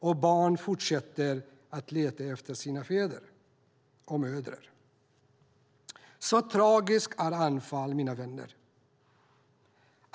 Och barn fortsätter att leta efter sina fäder och mödrar. Så tragiskt är Anfal, mina vänner.